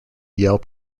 yell